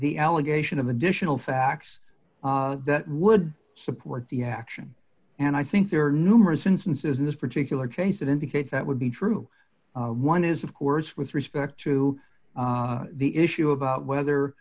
the allegation of additional facts that would support the action and i think there are numerous instances in this particular case that indicate that would be true one is of course with respect to the issue about whether